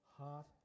heart